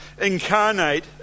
incarnate